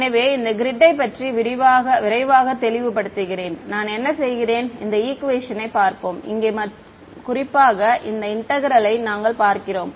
எனவே இந்த கிரிட் யை பற்றி விரைவாக தெளிவுபடுத்துகிறேன் நான் என்ன செய்கிறேன் இந்த ஈக்குவேஷனைப் பார்ப்போம் இங்கே மற்றும் குறிப்பாக இந்த இன்டெக்ரேல் யை நாங்கள் பார்க்கிறோம்